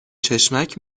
چشمک